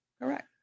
correct